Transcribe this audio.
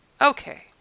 okay